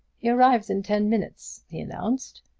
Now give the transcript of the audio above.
he arrives in ten minutes, he announced.